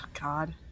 God